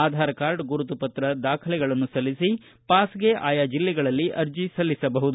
Aadhaar card ಗುರುತು ಪತ್ರ ದಾಖಲೆಗಳನ್ನು ಸಲ್ಲಿಸಿ ಪಾಸ್ಗೆ ಆಯಾ ಜಿಲ್ಲೆಗಳಲ್ಲಿ ಅರ್ಜಿ ಸಲ್ಲಿಸಬಹುದು